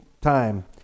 time